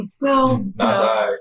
No